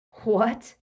What